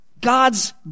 God's